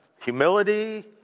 humility